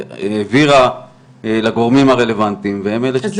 היא העבירה לגורמים הרלוונטיים והם אלה --- אז